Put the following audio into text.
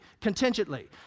contingently